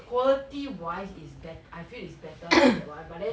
quality wise is bet~ I feel it's better than that one but then